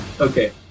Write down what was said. okay